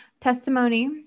Testimony